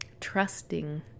trusting